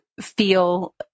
feel